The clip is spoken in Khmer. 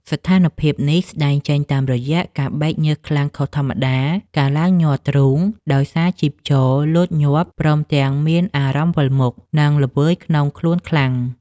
ស្ថានភាពនេះស្តែងចេញតាមរយៈការបែកញើសខ្លាំងខុសធម្មតា ការឡើងញ័រទ្រូងដោយសារជីពចរលោតញាប់ ព្រមទាំងមានអារម្មណ៍វិលមុខ និងល្វើយក្នុងខ្លួនខ្លាំង។